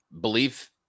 belief